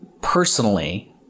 personally